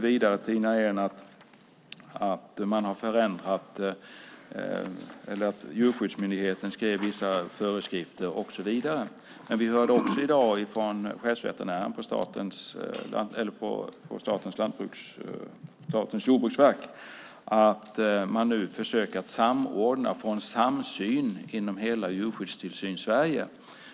Vidare säger Tina Ehn att Djurskyddsmyndigheten utfärdade vissa föreskrifter och så vidare, men vi hörde i dag också från chefsveterinären på Jordbruksverket att man nu försöker samordna och få en samsyn i hela djurskyddstillsyns-Sverige.